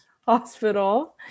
hospital